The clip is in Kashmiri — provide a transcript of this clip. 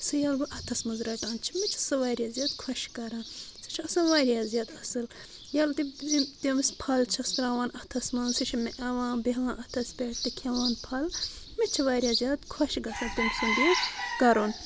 سہُ ییٚلہِ بہٕ اتھس منٛز رٹان چھ مےٚ چھُ سُہ واریاہ زیادٕ خۄش کران سُہ چھُ آسان واریاہ زیادٕ اصل ییٚلہِ تہِ بہٕ تٔمِس پھل چھس ترٛاوان اتھس منٛز سُہ چھُ مےٚ یِوان بیٚہوان اتھس پٮ۪ٹھ تہٕ کھٮ۪وان پھل مےٚ چھُ واریاہ زیادٕ خۄش گژھان تٔمۍ سُنٛد یہِ کرُن